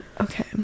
Okay